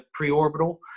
Preorbital